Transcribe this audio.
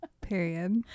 period